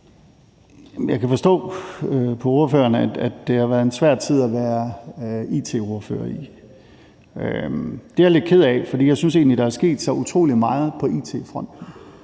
Jeg kan forstå på ordføreren, at det har været en svær tid at være it-ordfører i. Det er jeg lidt ked af, for jeg synes egentlig, der er sket så utrolig meget på it-fronten.